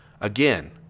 Again